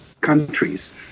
countries